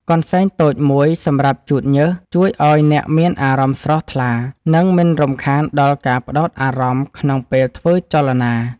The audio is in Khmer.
កន្សែងតូចមួយសម្រាប់ជូតញើស ជួយឱ្យអ្នកមានអារម្មណ៍ស្រស់ថ្លា និងមិនរំខានដល់ការផ្ដោតអារម្មណ៍ក្នុងពេលធ្វើចលនា។